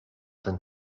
ten